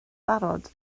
barod